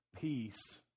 peace